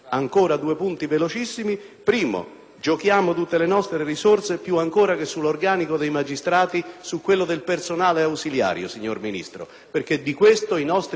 giocare tutte le nostre risorse prima ancora che sull'organico dei magistrati su quello del personale ausiliario, signor Ministro, perché di questo i nostri uffici hanno straordinaria necessità.